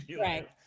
Right